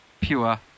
Pure